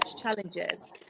challenges